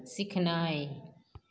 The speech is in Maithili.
सिखनाय